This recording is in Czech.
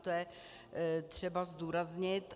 To je třeba zdůraznit.